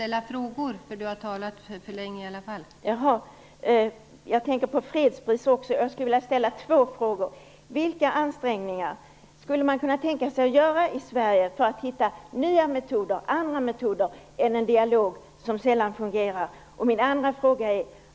Jag tänker även på fredspriset. Jag skulle vilja ställa två frågor: Vilka ansträngningar skulle man kunna tänka sig att göra i Sverige för att hitta nya och andra metoder än en dialog som sällan fungerar?